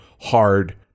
hard